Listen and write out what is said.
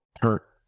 hurt